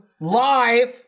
live